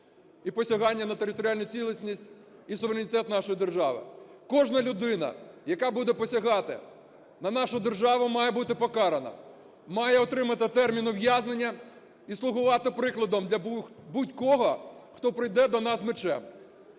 і посягання на територіальну цілісність і суверенітет нашої держави. Кожна людина, яка буде посягати на нашу державу, має бути покарана, має отримати термін ув'язнення і слугувати прикладом для будь-кого, хто прийде до нас з мечем.